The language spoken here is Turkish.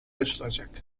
açılacak